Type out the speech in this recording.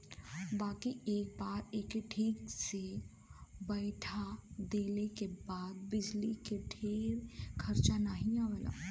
बाकी एक बार एके ठीक से बैइठा देले के बाद बिजली के ढेर खरचा नाही आवला